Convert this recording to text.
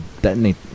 detonate